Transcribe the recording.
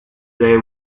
they